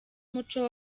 umuco